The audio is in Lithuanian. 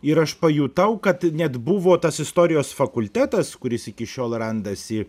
ir aš pajutau kad net buvo tas istorijos fakultetas kuris iki šiol randasi